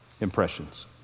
impressions